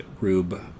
Rube